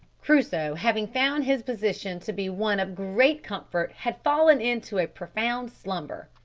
crusoe, having found his position to be one of great comfort, had fallen into a profound slumber,